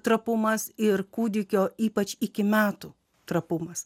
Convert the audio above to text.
trapumas ir kūdikio ypač iki metų trapumas